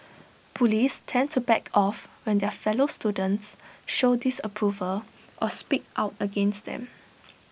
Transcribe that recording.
bullies tend to back off when their fellow students show disapproval or speak out against them